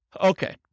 Okay